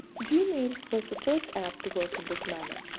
gmail was the first app to work in this manner.